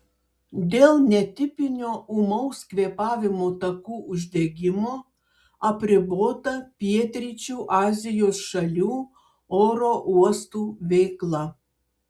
dėl netipinio ūmaus kvėpavimo takų uždegimo apribota pietryčių azijos šalių oro uostų veikla